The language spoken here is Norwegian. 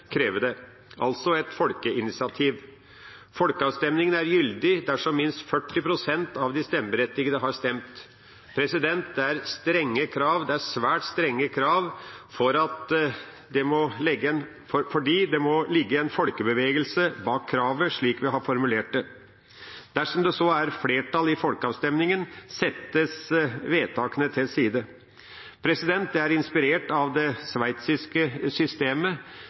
av de stemmeberettigede har stemt. Det er svært strenge krav, fordi det må ligge en folkebevegelse bak kravet, slik vi har formulert det. Dersom det så er flertall i folkeavstemningen, settes vedtakene til side. Det er inspirert av det sveitsiske systemet.